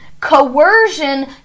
coercion